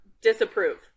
Disapprove